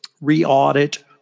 re-audit